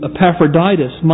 Epaphroditus